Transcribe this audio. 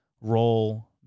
role